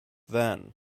then